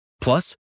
Plus